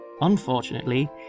Unfortunately